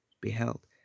beheld